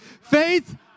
Faith